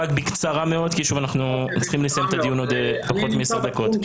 אבל בקצרה מאוד כי אנחנו צריכים לסיים את הדיון עוד פחות מעשר דקות.